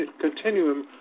continuum